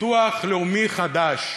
ביטוח לאומי חדש.